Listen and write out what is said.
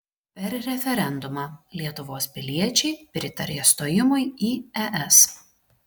per referendumą lietuvos piliečiai pritarė stojimui į es